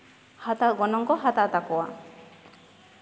ᱦᱟᱛᱟᱣ ᱜᱚᱱᱚᱝ ᱠᱚ ᱦᱟᱛᱟᱣ ᱛᱟᱠᱚᱣᱟ